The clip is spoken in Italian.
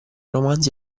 romanzi